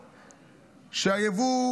כשהיבוא,